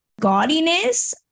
gaudiness